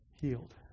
healed